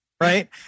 right